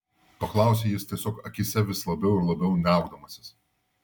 paklausė jis tiesiog akyse vis labiau ir labiau niaukdamasis